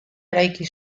eraiki